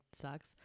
sucks